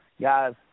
Guys